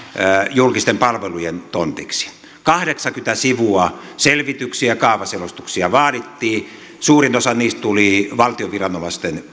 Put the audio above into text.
julkisten palvelujen tontiksi kahdeksankymmentä sivua selvityksiä ja kaavaselostuksia vaadittiin suurin osa niistä tuli valtion viranomaisten